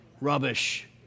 Rubbish